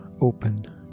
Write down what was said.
open